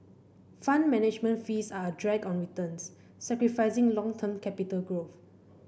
Fund Management fees are a drag on returns sacrificing long term capital growth